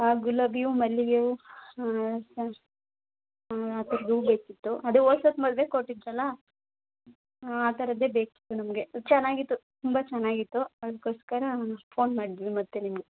ಹಾಂ ಗುಲಾಬಿ ಹೂ ಮಲ್ಲಿಗೆ ಹೂ ಆ ಥರದ ಹೂ ಬೇಕಿತ್ತು ಅದೇ ಹೋದ ಸತಿ ಮದ್ವೆಗೆ ಕೊಟ್ಟಿದ್ದಿರಲ್ಲ ಹಾಂ ಆ ಥರದ್ದೇ ಬೇಕಿತ್ತು ನಮಗೆ ಅದು ಚೆನ್ನಾಗಿತ್ತು ತುಂಬ ಚೆನ್ನಾಗಿತ್ತು ಅದಕ್ಕೋಸ್ಕರ ಫೋನ್ ಮಾಡಿದ್ವಿ ಮತ್ತೆ ನಿಮ್ಗೆ